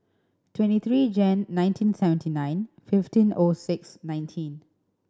twenty three Jan nineteen seventy nine fifteen O six nineteen